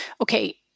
okay